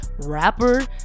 rapper